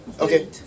okay